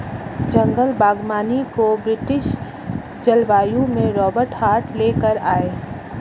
जंगल बागवानी को ब्रिटिश जलवायु में रोबर्ट हार्ट ले कर आये